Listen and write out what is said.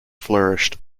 flourished